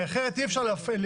הרי אחרת אי אפשר להפקיע,